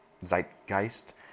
zeitgeist